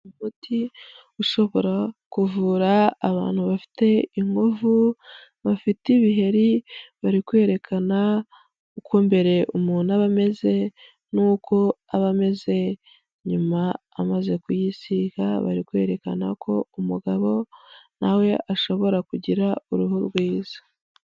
Umuti ushobora kuvura abantu bafite inkovu, bafite ibiheri, bari kwerekana uko mbere umuntu aba ameze n'uko aba ameze nyuma amaze kuyisiga, bari kwerekana ko umugabo na we ashobora kugira uruhu rwiza.